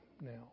now